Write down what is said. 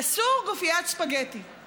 אסור גופיית ספגטי,